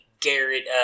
Garrett